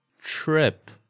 Trip